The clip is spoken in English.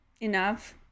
enough